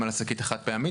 אוויר נקי,